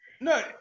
no